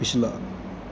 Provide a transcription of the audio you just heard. ਪਿਛਲਾ